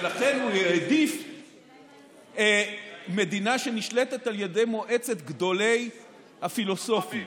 ולכן הוא העדיף מדינה שנשלטת על ידי מועצת גדולי הפילוסופים.